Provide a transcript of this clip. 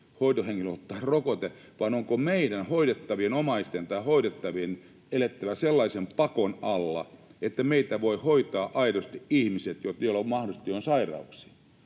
hoitohenkilön ottaa rokote, vaan onko meidän, hoidettavien omaisten tai hoidettavien, elettävä sellaisen pakon alla, että meitä voivat hoitaa aidosti ihmiset, joilla mahdollisesti on sairauksia.